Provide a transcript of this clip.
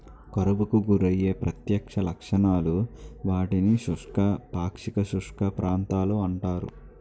కరువుకు గురయ్యే ప్రత్యక్ష లక్షణాలు, వాటిని శుష్క, పాక్షిక శుష్క ప్రాంతాలు అంటారు